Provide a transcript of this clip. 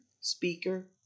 speaker